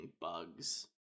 bugs